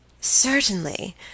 Certainly